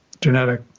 genetic